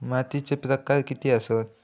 मातीचे प्रकार किती आसत?